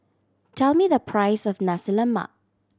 tell me the price of Nasi Lemak